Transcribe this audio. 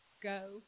go